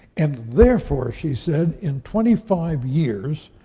and therefore, she said, in twenty five years,